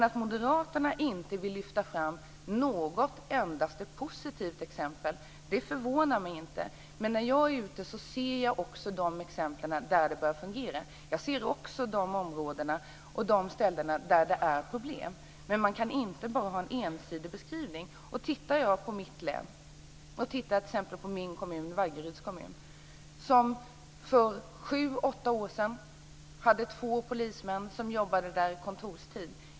Att Moderaterna inte vill lyfta fram något endaste positivt exempel förvånar mig inte. När jag är ute ser jag exempel på att det börjar fungera. Jag ser också de områden och platser där det är problem. Men man kan inte bara göra en ensidig beskrivning. I t.ex. min kommun, Vaggeryds kommun, hade vi för sju åtta år sedan två polismän som arbetade under kontorstid.